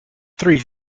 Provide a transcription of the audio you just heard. three